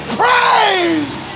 praise